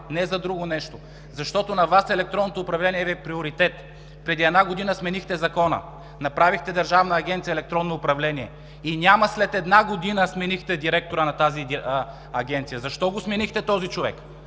не за нещо друго, защото електронното управление на Вас Ви е приоритет. Преди една година сменихте Закона. Направихте Държавна агенция „Електронно управление“ и няма след една година сменихте директора на тази Агенция. Защо го сменихте този човек?